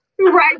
Right